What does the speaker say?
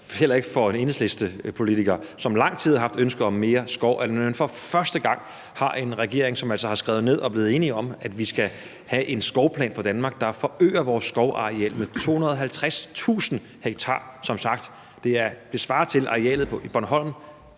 heller ikke for Enhedslistepolitikere, som i lang tid har haft ønske om mere skov, at man for første gang har en regering, som altså har skrevet ned og er blevet enige om, at vi skal have en skovplan for Danmark, der forøger vores skovareal med 250.000 ha. Som sagt svarer det til arealet på Bornholm,